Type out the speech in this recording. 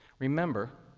remember,